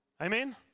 Amen